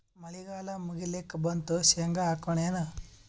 ಮಳಿಗಾಲ ಮುಗಿಲಿಕ್ ಬಂತು, ಶೇಂಗಾ ಹಾಕೋಣ ಏನು?